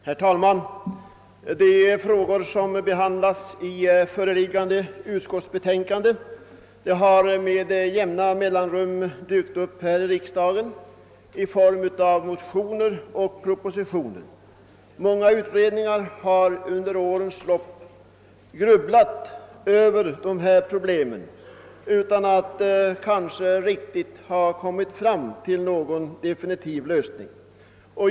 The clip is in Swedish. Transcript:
Herr talman! De frågor som behandlas i föreliggande utskottsbetänkande har med jämna mellanrum dykt upp i riksdagen i form av motioner och propositioner. Många utredningar har under årens lopp grubblat över dessa problem utan att kanske riktigt ha kunnat komma fram till någon definitiv lösning.